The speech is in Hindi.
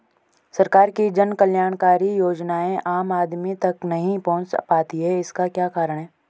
सरकार की जन कल्याणकारी योजनाएँ आम आदमी तक नहीं पहुंच पाती हैं इसका क्या कारण है?